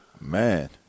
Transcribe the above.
Man